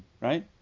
right